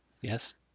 Yes